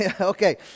Okay